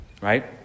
Right